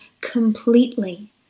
completely